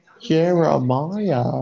Jeremiah